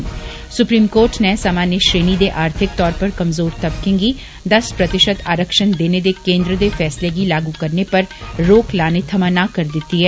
supreme court ने सामान्य श्रेणी दे आर्थिक तौर पर कमज़ार तबकें गी दस प्रतिषत आरक्षण देने दे केन्द्र दे फैसले गी लागू करने पर रोक लाने थमां न करी दिती ऐ